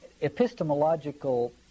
epistemological